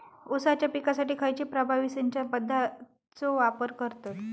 ऊसाच्या पिकासाठी खैयची प्रभावी सिंचन पद्धताचो वापर करतत?